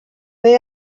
they